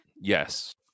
yes